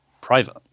private